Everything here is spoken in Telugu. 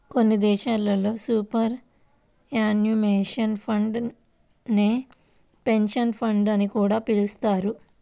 కొన్ని దేశాల్లో సూపర్ యాన్యుయేషన్ ఫండ్ నే పెన్షన్ ఫండ్ అని కూడా పిలుస్తున్నారు